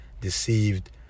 deceived